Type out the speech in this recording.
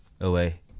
away